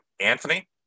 Anthony